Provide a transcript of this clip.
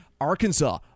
Arkansas